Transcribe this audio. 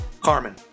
Carmen